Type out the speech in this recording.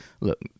Look